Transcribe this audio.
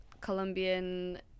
Colombian